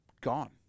gone